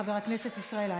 חבר הכנסת ישראל אייכלר.